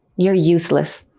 you're useless!